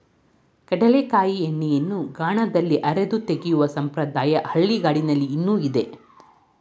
ಕಡಲೆಕಾಯಿ ಎಣ್ಣೆಯನ್ನು ಗಾಣದಲ್ಲಿ ಅರೆದು ತೆಗೆಯುವ ಸಂಪ್ರದಾಯ ಹಳ್ಳಿಗಾಡಿನಲ್ಲಿ ಇನ್ನೂ ಇದೆ